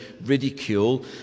ridicule